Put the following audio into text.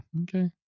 Okay